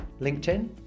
LinkedIn